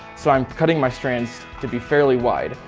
so i'm cutting my strands to be fairly wide.